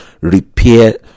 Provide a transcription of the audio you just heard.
repair